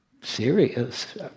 serious